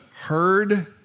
heard